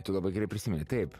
tu labai gerai prisimeni taip